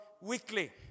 weekly